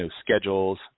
schedules